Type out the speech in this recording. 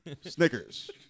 Snickers